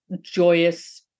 joyous